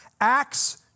Acts